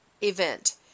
event